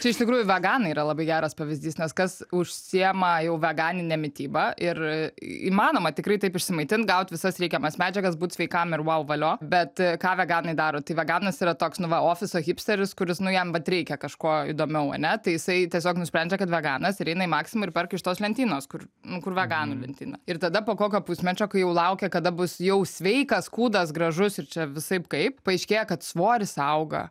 čia iš tikrųjų veganai yra labai geras pavyzdys nes kas užsiima jau veganine mitybą ir įmanoma tikrai taip išsimaitint gaut visas reikiamas medžiagas būt sveikam ir vau valio bet ką veganai daro tai veganas yra toks nu va ofiso hipsteris kuris nu jam vat reikia kažko įdomiau ane tai jisai tiesiog nusprendžia kad veganas ir eina į maksimą ir perka iš tos lentynos kur nu kur veganų lentyna ir tada po kokio pusmečio kai jau laukia kada bus jau sveikas kūnas gražus ir čia visaip kaip paaiškėja kad svoris auga